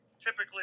typically